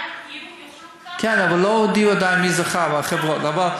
גם, כן, אבל עדיין לא הודיעו מי זכה, החברות.